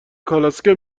کالسکه